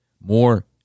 More